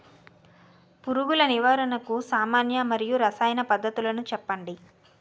పురుగుల నివారణకు సామాన్య మరియు రసాయన పద్దతులను చెప్పండి?